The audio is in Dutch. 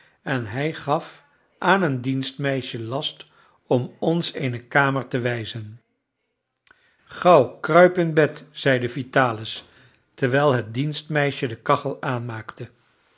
en hij gaf aan een dienstmeisje last om ons eene kamer te wijzen gauw kruip in bed zeide vitalis terwijl het dienstmeisje de kachel aanmaakte